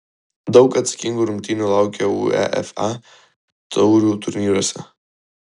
daug atsakingų rungtynių laukia uefa taurių turnyruose